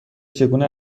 چگونه